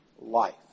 life